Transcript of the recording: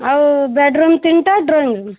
ଆଉ bedroom ତିନିଟା drawing room